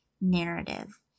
narrative